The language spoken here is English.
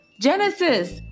Genesis